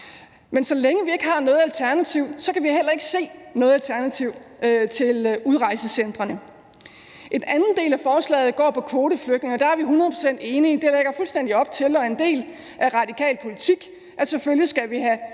forsvinder ganske enkelt derfra – kan vi heller ikke se noget alternativ til udrejsecentrene. En anden del af forslaget går på kvoteflygtninge, og der er vi hundrede procent enige. Det lægger fuldstændig op til og er en del af radikal politik, at selvfølgelig skal vi have